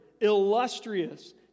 illustrious